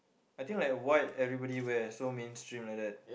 I think like white everybody wear so mainstream like that